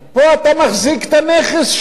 פה אתה מחזיק את הנכס שלי,